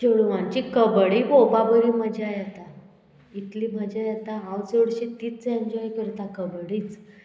चेडवांची कबड्डी पळोवपा बरी मजा येता इतली मजा येता हांव चडशीं तीच एन्जॉय करता कबड्डीच